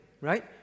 right